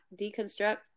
Deconstruct